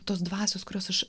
tos dvasios kurios už